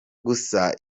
gusa